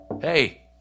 Hey